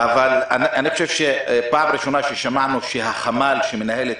אני חושב שפעם ראשונה ששמענו שהחמ" שמנהל את